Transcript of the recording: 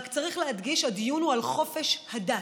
רק צריך להדגיש: הדיון הוא על חופש הדת.